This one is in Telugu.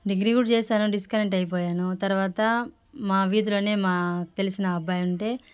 డిగ్రీ కూడా చేసాను డిస్కనెక్ట్ అయిపోయాను తర్వాత మా వీధిలోనే మా తెలిసిన అబ్బాయి ఉంటే